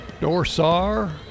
Dorsar